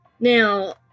Now